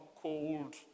cold